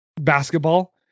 basketball